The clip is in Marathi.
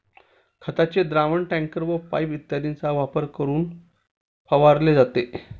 खताचे द्रावण टँकर व पाइप इत्यादींचा वापर करून फवारले जाते